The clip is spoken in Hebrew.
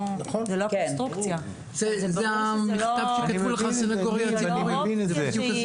זה המכתב שכתבו לך הסניגוריה הציבורית.